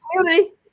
community